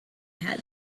had